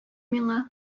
миңа